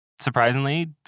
Surprisingly